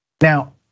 Now